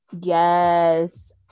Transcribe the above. Yes